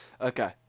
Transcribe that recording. Okay